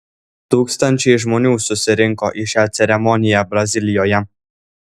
tūkstančiai žmonių susirinko į šią ceremoniją brazilijoje